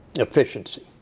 efficiency.